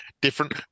different